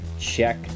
Check